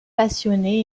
passionné